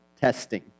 testing